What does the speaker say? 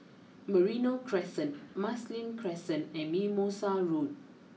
Merino Crescent Marsiling Crescent and Mimosa Road